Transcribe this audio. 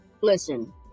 Listen